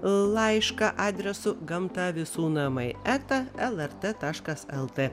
laišką adresu gamta visų namai eta lrt taškas lt